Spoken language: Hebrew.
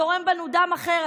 זורם בנו דם אחר,